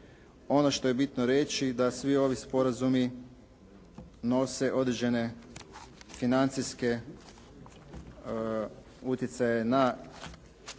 Ono što je bitno reći da svi ovi sporazumi nose određene financijske utjecaje na